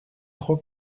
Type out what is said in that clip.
trop